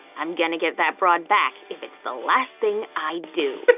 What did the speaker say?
i'm gonna get that broad back if it's the last thing i do.